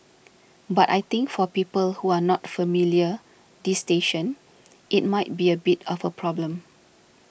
but I think for people who are not familiar this station it might be a bit of a problem